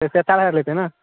इसका चार हज़ार लेते हैं ना